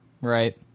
Right